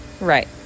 Right